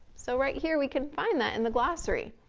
so right here we can find that in the glossary.